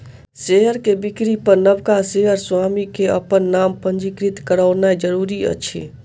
share के बिक्री पर नबका शेयर स्वामी के अपन नाम पंजीकृत करौनाइ जरूरी अछि